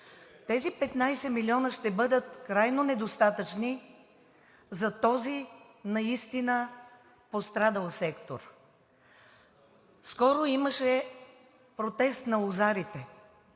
Тези 15 млн. лв. ще бъдат крайно недостатъчни за този наистина пострадал сектор. Скоро имаше протест на лозарите.